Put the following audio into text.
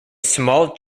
small